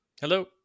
hello